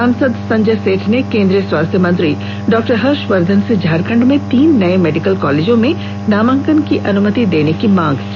सांसद संजय सेठ ने केंद्रीय स्वास्थ्य मंत्री डॉ हर्षवर्द्वन से झारखंड में तीन नये मेडिकल कॉलेजों में नामांकन की अनुमति देने की मांग की